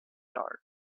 dark